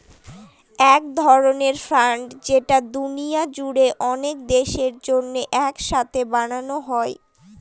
এক ধরনের ফান্ড যেটা দুনিয়া জুড়ে অনেক দেশের জন্য এক সাথে বানানো হয়